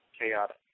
chaotic